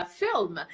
film